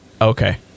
okay